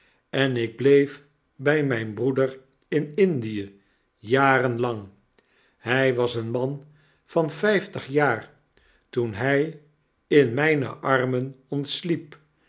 en ik bleef by myn broeder in i n d i e jarenlang hy was een man van vyftig jaar toen hy in myne armen ontsliep